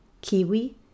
kiwi